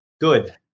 good